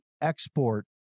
export